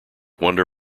wonder